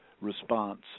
response